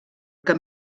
que